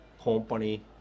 company